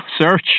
search